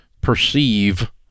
perceive